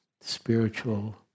spiritual